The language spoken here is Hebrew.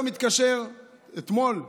אתמול התקשר אחד